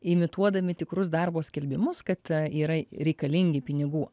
imituodami tikrus darbo skelbimus kad yra reikalingi pinigų